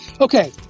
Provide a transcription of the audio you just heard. Okay